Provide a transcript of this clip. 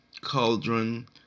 cauldron